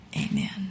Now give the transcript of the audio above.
amen